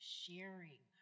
sharing